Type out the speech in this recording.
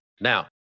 Now